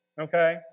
Okay